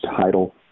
title